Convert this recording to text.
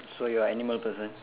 so you are animal person